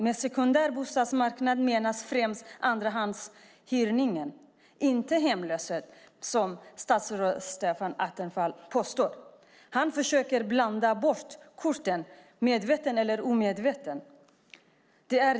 Med sekundär bostadsmarknad menas främst andrahandshyrning, inte hemlöshet som statsrådet Stefan Attefall påstår. Han försöker blanda bort korten, medvetet eller omedvetet.